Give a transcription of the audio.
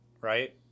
right